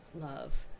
love